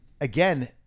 again